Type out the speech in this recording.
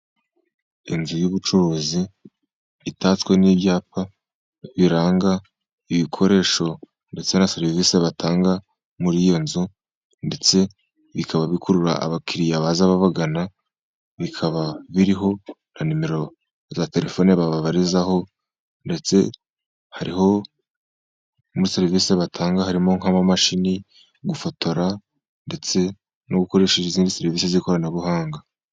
Inzu y'ubucuruzi itatswe n'ibyapa biranga ibikoresho, ndetse na serivisi batanga muri iyo nzu, ndetse bikaba bikurura abakiriya baza babagana, bikaba biriho na nimero za telefoni babarizaho. Ndetse hariho muri serivisi batanga harimo nk'imashini, gufotora, ndetse no gukoresha izindi serivisi z'ikoranabuhanga.